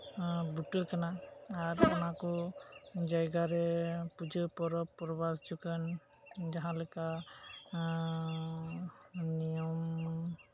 ᱵᱩᱴᱟᱹ ᱠᱟᱱᱟ ᱟᱨ ᱚᱱᱟᱠᱚ ᱡᱟᱭᱜᱟᱨᱮ ᱯᱩᱡᱟᱹ ᱯᱚᱨᱚᱵ ᱯᱚᱨᱵᱟᱥ ᱡᱚᱠᱷᱟᱱ ᱡᱟᱦᱟᱸᱞᱮᱠᱟ ᱱᱤᱭᱚᱢ